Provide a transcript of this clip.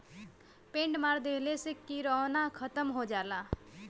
paint मार देहले से किरौना खतम हो जाला